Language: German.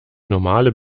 normale